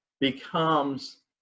becomes